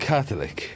Catholic